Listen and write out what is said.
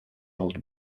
old